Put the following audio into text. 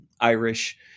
Irish